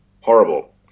horrible